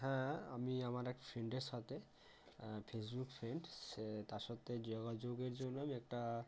হ্যাঁ আমি আমার এক ফ্রেন্ডের সাথে ফেসবুক ফ্রেন্ড সে তার সত্বে যোগাযোগের জন্য আমি একটা